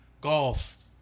golf